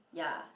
ya